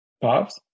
Pops